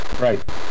Right